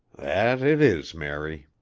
that it is, mary.